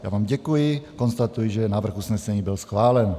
Já vám děkuji a konstatuji, že návrh usnesení byl schválen.